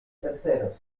terceros